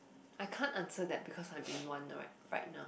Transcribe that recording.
I can't answer that because I am in one right right now